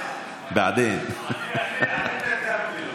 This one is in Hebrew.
הוא אינו יכול שלא ליצור: התנשאות שליטים,